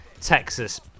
Texas